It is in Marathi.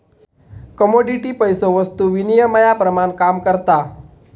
कमोडिटी पैसो वस्तु विनिमयाप्रमाण काम करता